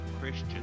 christian